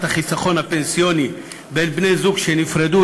החיסכון הפנסיוני בין בני-זוג שנפרדו,